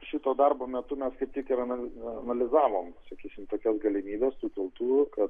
šito darbo metu mes kaip tik ir ana anilizavom sakysim tokias galimybes tų tiltų kad